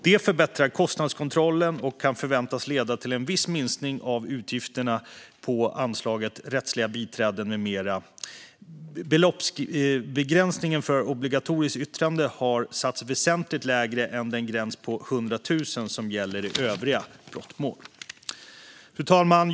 Det förbättrar kostnadskontrollen och kan förväntas leda till en viss minskning av utgifterna på anslaget Rättsliga biträden med mera . Beloppsgränsen för obligatoriskt yttrande har satts väsentligt lägre än den gräns på 100 000 kronor som gäller i övriga brottmål. Fru talman!